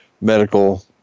medical